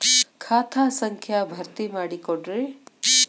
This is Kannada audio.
ಖಾತಾ ಸಂಖ್ಯಾ ಭರ್ತಿ ಮಾಡಿಕೊಡ್ರಿ